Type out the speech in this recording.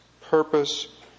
purpose